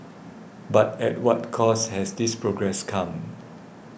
but at what cost has this progress come